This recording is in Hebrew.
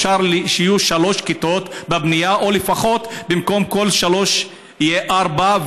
אפשר שיהיו שלוש כיתות בבנייה או לפחות במקום כל שלוש יהיו ארבע,